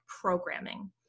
programming